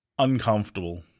Uncomfortable